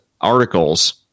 articles